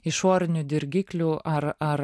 išorinių dirgiklių ar ar